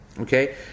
Okay